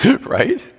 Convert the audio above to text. right